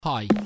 hi